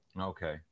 Okay